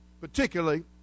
particularly